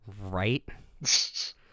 Right